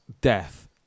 death